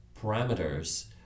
parameters